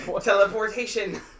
Teleportation